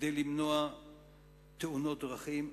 כדי למנוע תאונות דרכים,